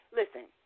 listen